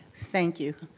thank you.